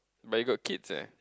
but you got kids eh